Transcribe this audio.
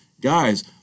Guys